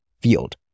field